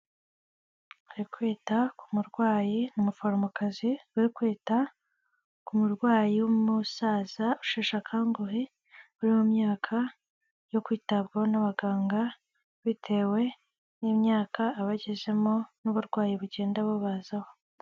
Ari kwita ku murwayi, ni umuforomokazi uri kwita ku murwayi w'umusaza usheshe akanguhe, uri mu myaka yo kwitabwaho n'abaganga, bitewe n'imyaka abagezemo n'uburwayi bugenda bubazaho.